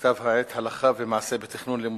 בכתב-העת "הלכה ומעשה בתכנון לימודים".